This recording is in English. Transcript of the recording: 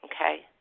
Okay